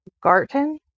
Garton